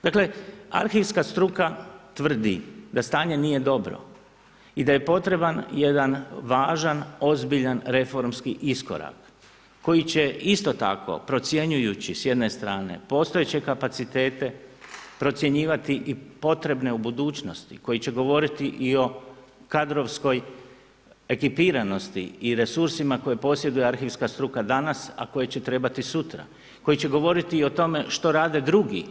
Dakle, arhivska struka tvrdi da stanje nije dobro. i da je potreban jedan važan, ozbiljan, reformski iskorak koji će isto tako procjenjujući s jedne strane postojeće kapacitete, procjenjivati i potrebne u budućnosti koji će govoriti i o kadrovskoj ekipiranosti i resursima koje posjeduje arhivska struka danas a koje će trebati sutra, koji će govoriti o tome što radi drugi.